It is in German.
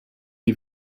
die